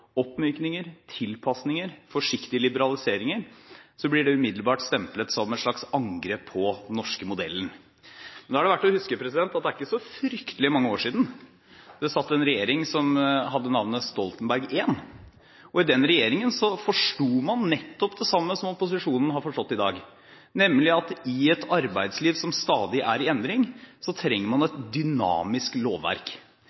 oppmykninger, tilpasninger og forsiktige liberaliseringer, blir det umiddelbart stemplet som et slags angrep på den norske modellen. Nå er det verdt å huske at det ikke er så fryktelig mange år siden det satt en regjering som hadde navnet Stoltenberg I. I den regjeringen forsto man nettopp det samme som opposisjonen har forstått i dag, nemlig at i et arbeidsliv som stadig er i endring, trenger man